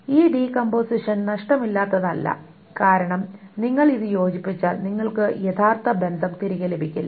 ഈ decomposition നഷ്ടം ഇല്ലാത്തതല്ല അല്ല കാരണം നിങ്ങൾ ഇത് യോജിപ്പിച്ചാൽ നിങ്ങൾക്ക് യഥാർത്ഥ ബന്ധം തിരികെ ലഭിക്കില്ല